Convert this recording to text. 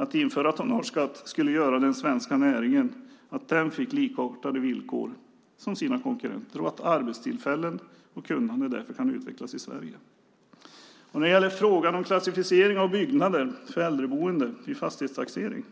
Att införa tonnageskatt skulle ge den svenska näringen likartade villkor som dess konkurrenter och då kan arbetstillfällen och kunnande i Sverige utvecklas. När det gäller frågan om klassificering av byggnader för äldreboende vid fastighetstaxering